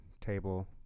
table